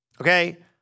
Okay